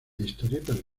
historietas